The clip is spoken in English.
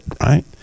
right